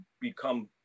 become